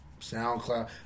SoundCloud